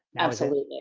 absolutely.